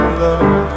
love